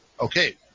okay